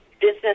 business